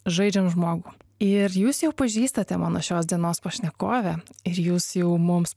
žaidžiam žmogų ir jūs jau pažįstate mano šios dienos pašnekovę ir jūs jau mums